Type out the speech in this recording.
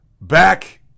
back